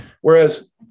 Whereas